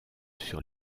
sur